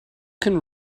can